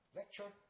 lecture